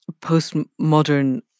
postmodern